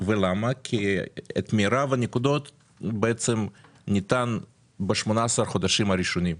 כי את מירב הנקודות ניתן לממש ב-18 החודשים הראשונים.